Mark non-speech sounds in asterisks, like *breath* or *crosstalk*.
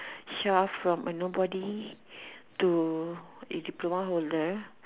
*breath* Char from a nobody to a diploma holder